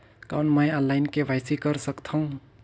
कौन मैं online KYC कर सकथव?